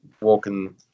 walking